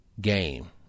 game